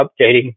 updating